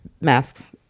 masks